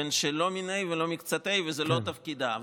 שלא מניה ולא מקצתה, זה לא תפקידה.